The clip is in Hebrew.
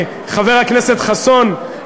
חבר הכנסת חסון,